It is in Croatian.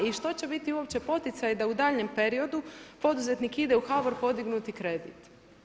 I što će biti uopće poticaj da u daljnjem periodu poduzetnik ide u HBOR podignuti kredit?